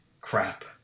crap